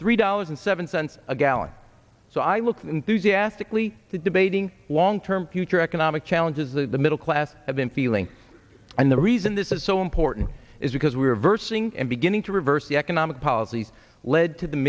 three dollars and seven cents a gallon so i looked into the ethically debating long term future economic challenges that the middle class have been feeling and the reason this is so important is because we reversing and beginning to reverse the economic policies lead to the